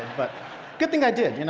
but good thing i did, you know